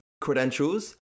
credentials